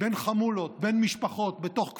בין חמולות, בין משפחות, בתוך כפרים,